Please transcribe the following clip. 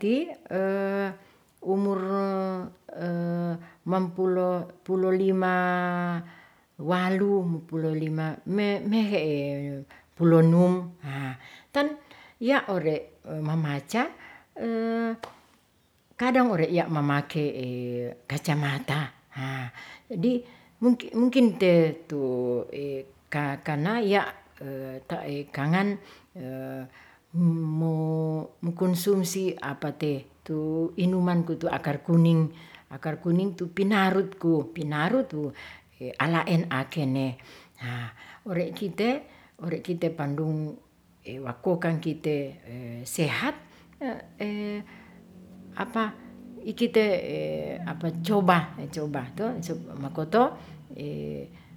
ti umur mapulo lima, mehe pulonum. ton ya ore' mamaca kadang ore iya' mamake kacamata. munden de tu kana ya' kangan mu kunsumsi tu inuman itu tu akar kuning, akar kuning tu pinarutku, pinarut wu alaen akene ore' kite, ore' kite pandung wakokang kite sehat ikite coba, to makoto.